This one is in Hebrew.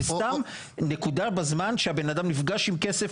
זה סתם נקודה בזמן שבן אדם נפגש עם כסף,